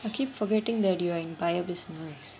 I keep forgetting that you are in bio-business